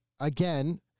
again